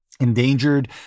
Endangered